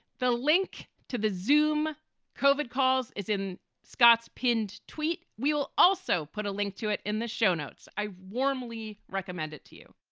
the link to the xoom covered calls is in scott's pinned tweet. we will also put a link to it in the show notes. i warmly recommend it to you